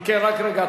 אם כן, רק רגע.